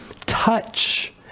touch